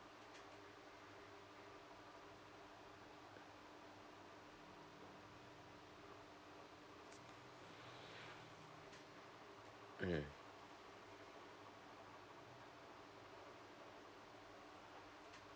mm